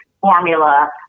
formula